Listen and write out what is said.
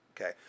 Okay